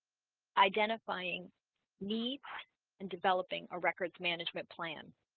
identifying needs and developing a records management plan